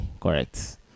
Correct